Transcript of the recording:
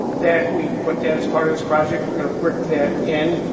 that we put that as part of this project we're gonna brick that in.